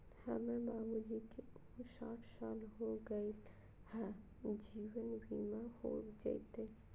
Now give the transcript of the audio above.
हमर बाबूजी के उमर साठ साल हो गैलई ह, जीवन बीमा हो जैतई?